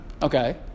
Okay